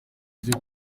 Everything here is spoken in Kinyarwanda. byo